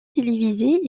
télévisées